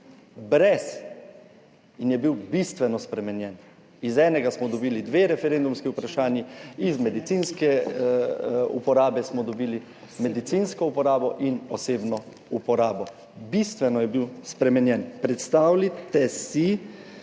in je bil bistveno spremenjen. Iz enega smo dobili dve referendumski vprašanji: iz medicinske uporabe smo dobili medicinsko uporabo in osebno uporabo. Bistveno je bil spremenjen. Predstavljajte si,